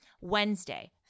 Wednesday